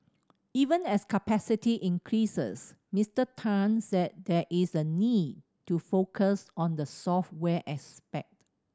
even as capacity increases Mister Tan said there is a need to focus on the software aspect